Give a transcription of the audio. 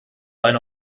eine